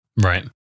Right